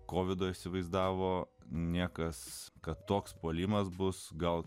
kovidą įsivaizdavo niekas kad toks puolimas bus gal